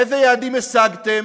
איזה יעדים השגתם,